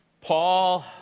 Paul